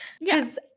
Yes